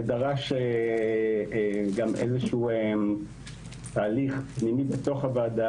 זה דרש גם איזשהו תהליך פנימי בתוך הוועדה,